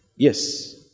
Yes